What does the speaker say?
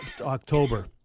October